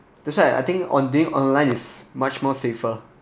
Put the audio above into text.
that's why I think on doing online is much more safer